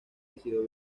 decidió